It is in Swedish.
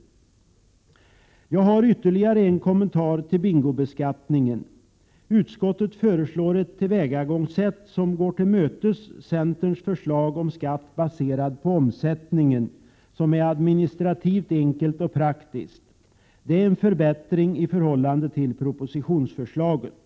Jag har ytterligare en kommentar till bingobeskattningen. Utskottet föreslår att skatten skall baseras på omsättningen och tillmötesgår därmed centerns förslag. Detta tillvägagångssätt är administrativt enkelt och praktiskt. Det är en förbättring i förhållande till propositionsförslaget.